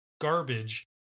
garbage